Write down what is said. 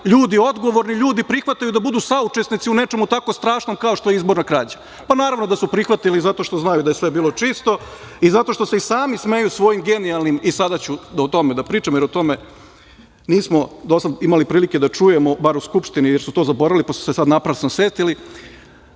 ljudi, odgovorni ljudi, prihvataju da budu saučesnici u nečemu tako strašnom kao što je izborna krađa? Pa, naravno da su prihvatili zato što znaju da je sve bilo čisto i zato što se i sami smeju svojim genijalnim… i sada ću o tome da pričam, jer o tome nismo do sad imali prilike da čujemo bar u Skupštini, jer su to zaboravili, pa su se naprasno setili,